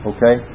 Okay